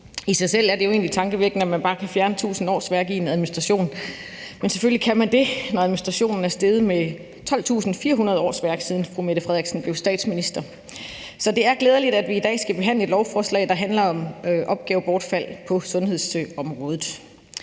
I sig selv er det jo egentlig tankevækkende, at man bare kan fjerne tusind årsværk i en administration, men selvfølgelig kan man det, når administrationen er steget med 12.400 årsværk, siden fru Mette Frederiksen blev statsminister. Så det er glædeligt, at vi i dag skal behandle et lovforslag, der handler om opgavebortfald på sundhedsområdet.